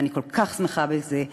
ואני כל כך שמחה בזה.